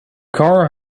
car